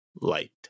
light